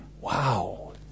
Wow